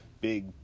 Big